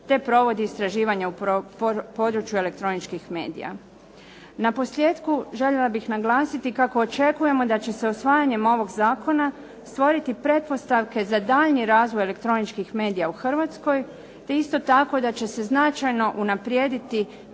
te provodi istraživanja u području elektroničkih medija. Naposljetku, željela bih naglasiti kako očekujemo da će se usvajanjem ovog zakona stvoriti pretpostavke za daljnji razvoj elektroničkih medija u Hrvatskoj, te isto tako da će se značajno unaprijediti